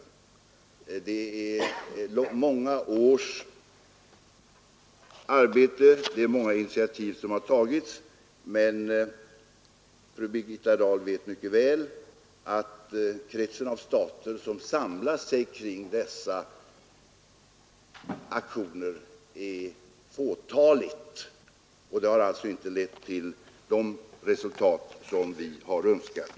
Det är många års arbete, och många initiativ som har tagits, men fru Birgitta Dahl vet mycket väl att kretsen av stater som samlar sig kring dessa aktioner är liten. Det har alltså inte lett till de resultat vi har önskat.